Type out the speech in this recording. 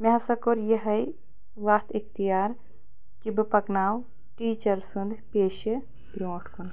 مےٚ ہسا کٔر یِہٲے وَتھ اختِیار کہِ بہٕ پَکناو ٹیٖچر سُنٛد پیشہٕ برٛونٛٹھ کُن